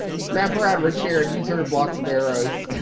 grab her out of her chair and use her to block some arrows.